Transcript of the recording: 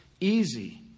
easy